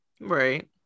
right